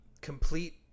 complete